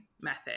method